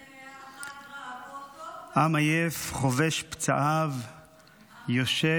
" "ריח הקרבות עוד באוויר." " עם עייף חובש פצעיו / יושב,